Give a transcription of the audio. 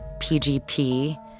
PGP